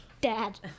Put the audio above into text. dad